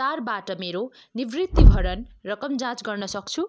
चारबाट मेरो निवृत्तिभरण रकम जाँच गर्नसक्छु